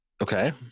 Okay